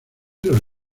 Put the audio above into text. los